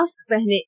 mask पहनें